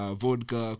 vodka